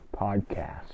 Podcast